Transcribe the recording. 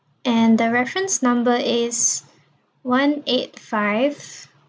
and the reference number is one eight five